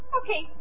okay